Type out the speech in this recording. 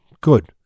good